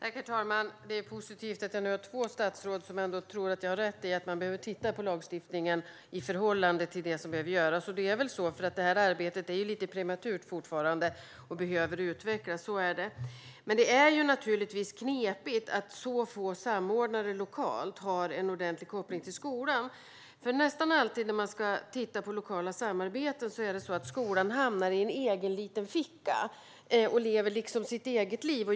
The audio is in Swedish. Herr talman! Det är positivt att två statsråd ändå tror att jag har rätt i att man behöver titta på lagstiftningen i förhållande till det som behöver göras. Detta arbete är ju fortfarande lite prematurt och behöver utvecklas. Men det är naturligtvis knepigt att så få lokala samordnare har en ordentlig koppling till skolan. Nästan alltid när man ska titta på lokala samarbeten hamnar skolan i en egen liten ficka och lever liksom sitt eget liv.